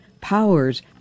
powers